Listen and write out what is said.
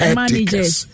managers